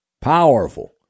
powerful